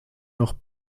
noch